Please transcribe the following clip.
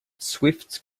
swifts